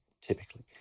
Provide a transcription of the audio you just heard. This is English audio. typically